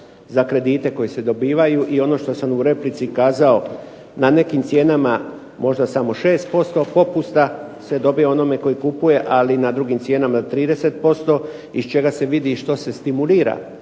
za kredite koji se dobivaju. I ono što sam u replici kazao na nekim cijenama možda samo 6% popusta se dobiva onome koji kupuje, ali na drugim cijenama 30% iz čega se vidi što se stimulira